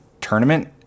tournament